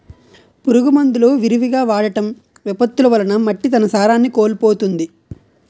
పురుగు మందులు విరివిగా వాడటం, విపత్తులు వలన మట్టి తన సారాన్ని కోల్పోతుంది